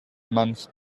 month